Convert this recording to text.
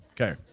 okay